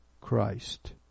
Christ